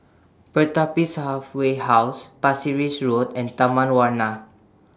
Pertapis Halfway House Pasir Ris Road and Taman Warna